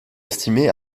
estimée